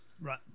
Right